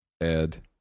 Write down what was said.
Ed